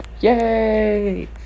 Yay